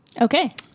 Okay